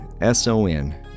S-O-N